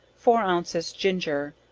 four ounces ginger,